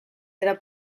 dira